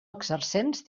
exercents